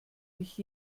mich